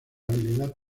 habilidad